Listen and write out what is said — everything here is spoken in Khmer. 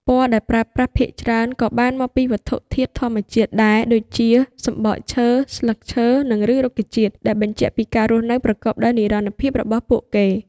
ពណ៌ដែលប្រើប្រាស់ភាគច្រើនក៏បានមកពីវត្ថុធាតុធម្មជាតិដែរ ដូចជា សំបកឈើ ស្លឹកឈើ និងឬសរុក្ខជាតិ ដែលបញ្ជាក់ពីការរស់នៅប្រកបដោយនិរន្តរភាពរបស់ពួកគេ។